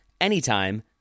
anytime